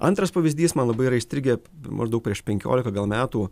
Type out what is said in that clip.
antras pavyzdys man labai yra įstrigę maždaug prieš penkiolika gal metų